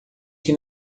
que